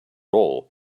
all